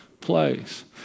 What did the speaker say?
place